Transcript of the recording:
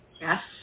yes